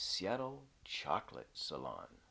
seattle chocolate salon